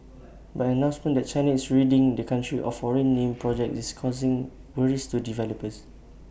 but announcement that China is ridding the country of foreign name projects is causing worries to developers